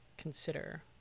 consider